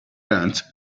aunt